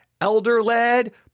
Elder-led